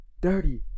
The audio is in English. dirty